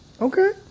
Okay